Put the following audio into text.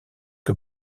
que